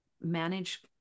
manage